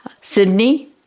Sydney